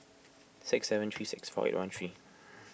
six seven three six four eight one three